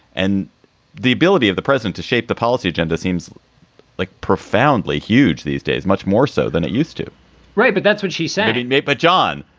and the ability of the president to shape the policy agenda seems like profoundly huge these days, much more so than it used to right. but that's what she said in may. but, john.